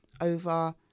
over